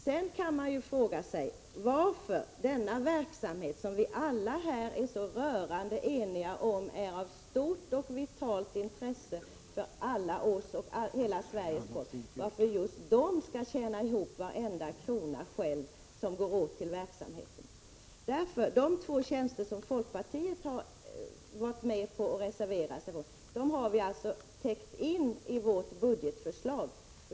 Sedan kan man ju fråga sig varför just denna verksamhet, som vi alla här är så rörande eniga om är av stort och vitalt intresse för hela Sveriges folk, själv skall tjäna ihop varenda krona som går åt till verksamheten. De två tjänster som folkpartiet har gått med på och reserverat sig för har vi täckt in i vårt budgetförslag.